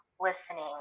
listening